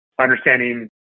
understanding